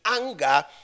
anger